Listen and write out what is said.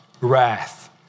wrath